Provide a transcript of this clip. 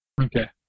Okay